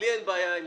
לי אין בעיה.